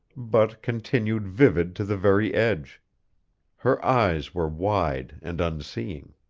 but continued vivid to the very edge her eyes were wide and unseeing.